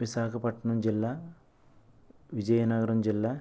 విశాఖపట్నం జిల్లా విజయనగరం జిల్లా